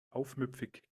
aufmüpfig